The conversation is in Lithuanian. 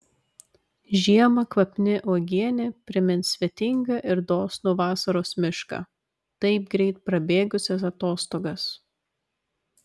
žiemą kvapni uogienė primins svetingą ir dosnų vasaros mišką taip greit prabėgusias atostogas